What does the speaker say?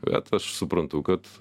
bet aš suprantu kad